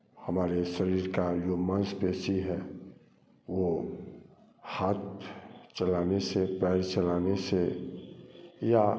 हमारे शरीर का जो मांसपेशी है वो हाथ चलाने से पैर चलाने से या